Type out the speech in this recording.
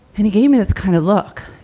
and he gave me this kind of look,